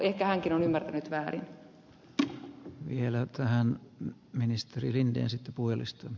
ehkä hänkin on ymmärtänyt väärin